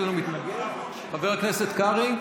חבר הכנסת קרעי,